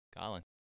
Colin